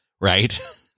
right